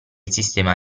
sistema